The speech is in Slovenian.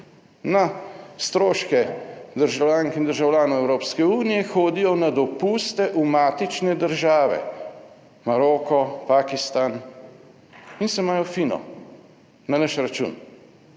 Na stroške državljank in državljanov Evropske unije hodijo na dopuste v matične države Maroko, Pakistan in se imajo fino na naš račun.